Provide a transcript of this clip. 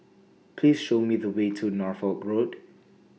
Please Show Me The Way to Norfolk Road